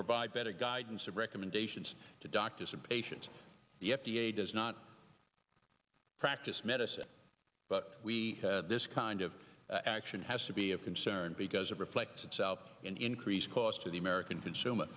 provide better guidance of recommendations to doctors and patients the f d a does not practice medicine but we this kind of action has to be of concern because it reflects itself an increased cost to the american consumer